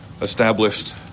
established